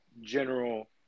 general